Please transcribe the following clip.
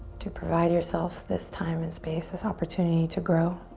to provide yourself this time and space, this opportunity to grow.